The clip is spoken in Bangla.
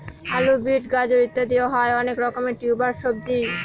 আলু, বিট, গাজর ইত্যাদি হয় অনেক রকমের টিউবার সবজি